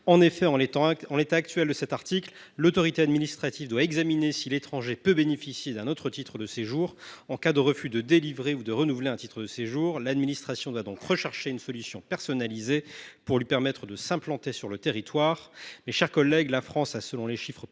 son rôle. En l’état actuel de cet article, l’autorité administrative doit en effet déterminer si l’étranger peut bénéficier d’un autre titre de séjour. En cas de refus de délivrer ou de renouveler un titre de séjour, elle doit donc rechercher une solution personnalisée pour lui permettre de s’implanter sur le territoire. Mes chers collègues, la France, selon les chiffres